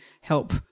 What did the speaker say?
help